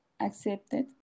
accepted